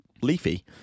leafy